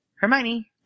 Hermione